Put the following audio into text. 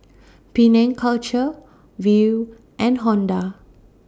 Penang Culture Viu and Honda